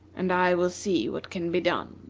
and i will see what can be done.